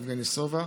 יבגני סובה,